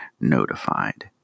notified